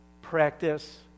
practice